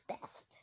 best